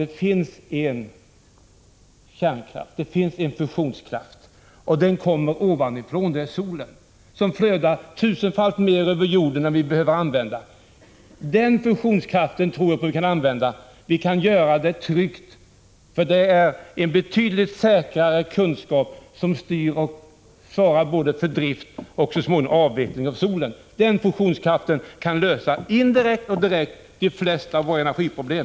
Det finns en kärnkraft, en fusionskraft, och den kommer ovanifrån. Det är solen, som flödar tusenfalt mer över jorden än vi har behov av. Den fusionskraften tror jag att vi kan använda oss av. Det kan vi tryggt göra, för betydligt säkrare kunskaper styr och svarar för den driften. Så småningom gäller det även avvecklingen av solen. Med den här fusionskraften kan vi både direkt och indirekt lösa de flesta av våra energiproblem.